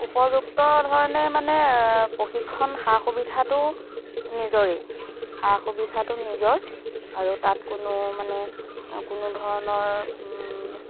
উপযুক্ত ধৰণে মানে প্ৰশিক্ষণ সা সুবিধাটো নিজৰেই সা সুবিধাটো নিজৰ আৰু তাত কোনো মানে কোনো ধৰণৰ